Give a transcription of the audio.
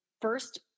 first